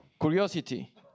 Curiosity